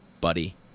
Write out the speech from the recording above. buddy